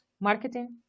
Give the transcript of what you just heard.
marketing